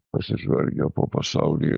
pasižvalgę po pasaulį